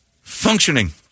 functioning